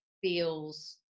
feels